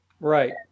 Right